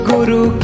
Guru